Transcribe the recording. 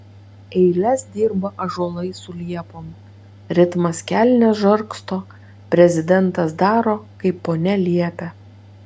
eiles dirba ąžuolai su liepom ritmas kelnes žargsto prezidentas daro kaip ponia liepia